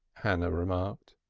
hannah remarked.